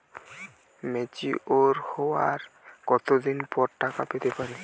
Mature হওয়ার কত দিন পর টাকা পেতে পারি?